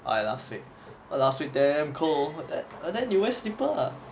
ah ya last week last week damn cool eh ah then you wear slipper ah